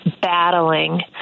battling